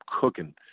cooking